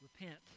repent